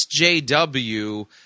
SJW